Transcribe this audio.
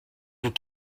vous